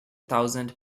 thousand